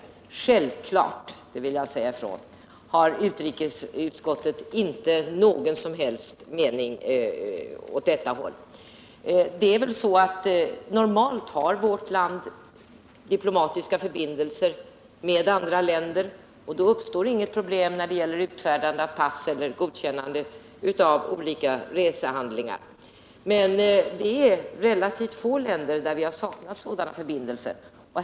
Jag vill emellertid säga ifrån att utrikesutskottet självfallet inte har någon som helst avsikt att göra någonting sådant. Normalt har vårt land diplomatiska förbindelser med andra länder, och då uppstår inget problem när det gäller utfärdande av pass eller godkännande av olika resehandlingar. Det är relativt få länder med vilka vi saknar sådana förbindelser.